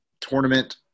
tournament